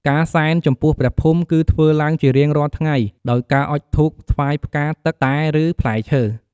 ការសែនចំពោះព្រះភូមិ គឺធ្វើឡើងជារៀងរាល់ថ្ងៃដោយការអុជធូបថ្វាយផ្កាទឹកតែឬផ្លែឈើ។